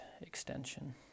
extension